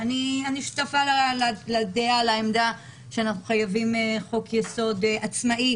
ואני שותפה לעמדה שאנחנו חייבים חוק יסוד עצמאי,